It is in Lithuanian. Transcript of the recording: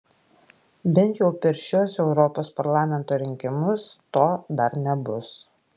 bent jau per šiuos europos parlamento rinkimus to dar nebus